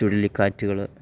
ചുഴലി കാറ്റുകള്